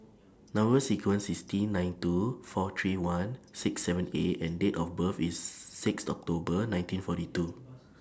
Number sequence IS T nine two four three one six seven A and Date of birth IS six October nineteen forty two